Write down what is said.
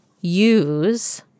use